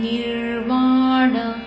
Nirvana